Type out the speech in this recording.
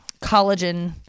collagen